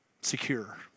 secure